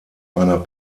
einer